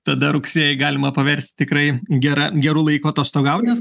tada rugsėjį galima paversti tikrai gera geru laiku atostogaut nes